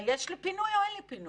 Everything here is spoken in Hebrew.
יש לי פינוי או אין לי פינוי?